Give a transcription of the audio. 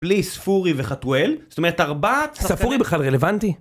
פליס, ספורי וחטואל, זאת אומרת ארבע... ספורי בכלל רלוונטי.